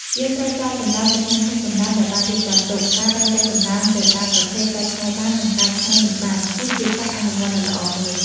យើងត្រូវចោលសំរាមទៅក្នុងធុងសំរាមដែលបានរៀបចំទុក ការបែងចែកសំរាមទៅតាមប្រភេទ កែច្នៃបាន និងកែច្នៃមិនបាន គឺជាការអនុវត្តដ៏ល្អមួយ។